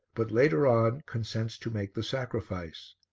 but, later on, consents to make the sacrifice.